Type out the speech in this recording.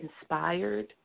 inspired